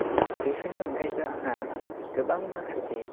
बेफोरनि अनगायैबो आंहा गोबां माखासे